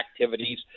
activities